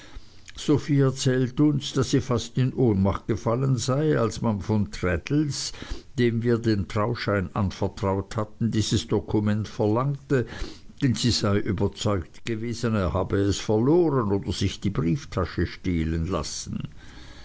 sophie erzählt uns daß sie fast in ohnmacht gefallen sei als man von traddles dem wir den trauschein anvertraut hatten dieses dokument verlangte denn sie sei überzeugt gewesen er habe es verloren oder sich die brieftasche stehlen lassen